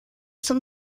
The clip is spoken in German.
zum